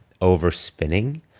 overspinning